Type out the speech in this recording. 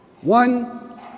One